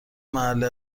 محل